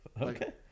okay